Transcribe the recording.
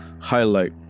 highlight